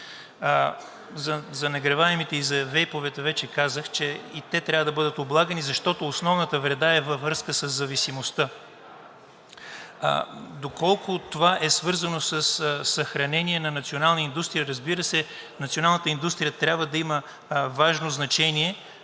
За нагреваемите и за вейповете вече казах, че и те трябва да бъдат облагани, защото основната вреда е във връзка със зависимостта. Доколко това е свързано със съхранение на национални индустрии? Разбира се, националната индустрия трябва да има важно значение,